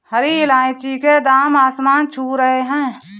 हरी इलायची के दाम आसमान छू रहे हैं